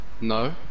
No